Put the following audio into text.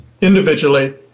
individually